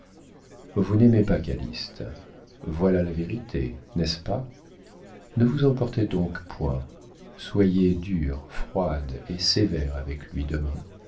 vous n'aimez pas calyste voilà la vérité n'est-ce pas ne vous emportez donc point soyez dure froide et sévère avec lui demain